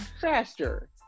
faster